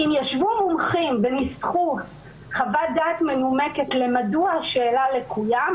אם ישבו מומחים וניסחו חוות דעת מנומקת מדוע השאלה לקויה,